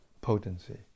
potency